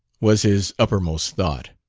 was his uppermost thought.